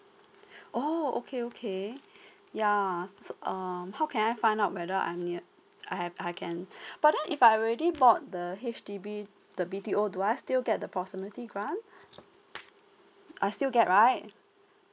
oh okay okay yeah so um how can I find out whether I'm near I I can but then if I already bought the H_D_B the B_T_O do I still get the proximity grant I still get right